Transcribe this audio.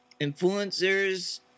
Influencers